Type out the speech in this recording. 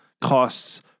costs